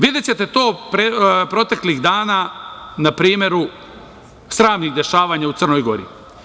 Videćete to proteklih dana na primeru sramnih dešavanja u Crnoj Gori.